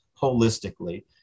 holistically